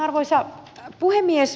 arvoisa puhemies